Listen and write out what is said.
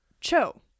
Cho